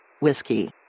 Whiskey